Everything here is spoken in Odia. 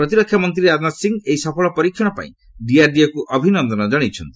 ପ୍ରତିରକ୍ଷା ମନ୍ତ୍ରୀ ରାଜନାଥ ସିଂହ ଏହି ସଫଳ ପରୀକ୍ଷଣ ପାଇଁ ଡିଆର୍ଡିଓକୁ ଅଭିନନ୍ଦନ ଜଣାଇଛନ୍ତି